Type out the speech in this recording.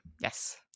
yes